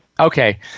Okay